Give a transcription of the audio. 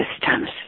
systems